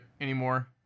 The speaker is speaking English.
anymore